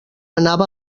anava